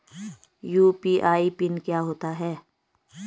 UPI PIN क्या होता है?